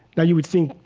now you would think,